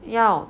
要